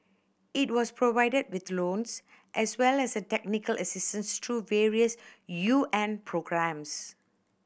it was provided with loans as well as a technical assistance through various U N programmes